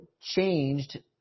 changed